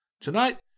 Tonight